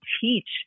teach